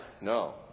No